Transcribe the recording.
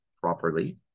properly